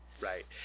Right